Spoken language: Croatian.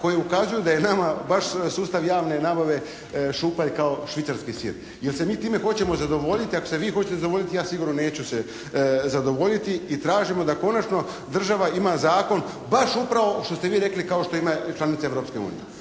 koji ukazuju da je nama baš sustav javne nabave šupalj kao švicarski sir. Jel' se mi time hoćemo zadovoljiti? Ako se vi hoćete zadovoljiti ja sigurno neću se zadovoljiti. I tražimo da konačno država ima zakon baš upravo što ste vi rekli kao što imaju članice Europske unije.